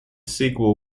sequel